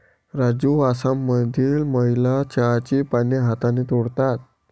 राजू आसाममधील महिला चहाची पाने हाताने तोडतात